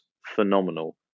phenomenal